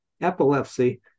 epilepsy